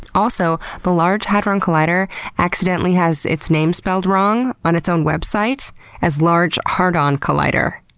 also, the large hadron collider accidentally has its name spelled wrong on its own website as large hard-on collider.